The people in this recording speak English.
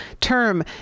term